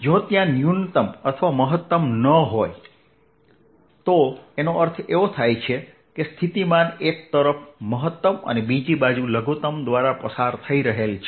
જો ત્યાં ન્યૂનતમ અથવા મહત્તમ ન હોય તો અર્થ એ થાય કે સ્થિતિમાન એક તરફ મહત્તમ અને બીજી બાજુ લઘુત્તમ દ્વારા પસાર થઈ રહેલ છે